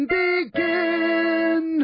begin